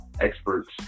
experts